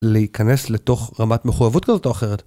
להיכנס לתוך רמת מחוייבות כזאת או אחרת.